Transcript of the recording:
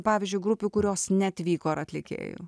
pavyzdžiui grupių kurios neatvyko ir atlikėjų